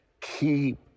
keep